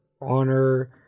honor